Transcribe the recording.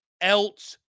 else